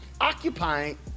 occupying